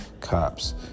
cops